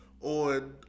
on